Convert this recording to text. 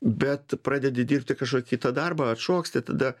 bet pradedi dirbti kažkokį kitą darbą atšoksti tada